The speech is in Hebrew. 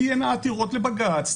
תהיינה עתירות לבג"ץ,